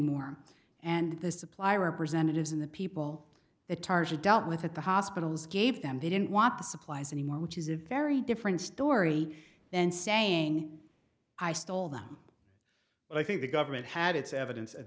anymore and the supply representatives in the people that tarzi dealt with at the hospitals gave them they didn't want the supplies anymore which is a very different story and saying i stole them well i think the government had its evidence at